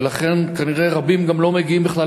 ולכן כנראה רבים גם לא מגיעים בכלל